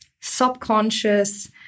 subconscious